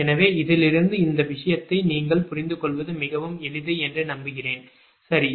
எனவே இதிலிருந்து இந்த விஷயத்தை நீங்கள் புரிந்துகொள்வது மிகவும் எளிது என்று நம்புகிறேன் சரி